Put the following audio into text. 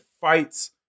fights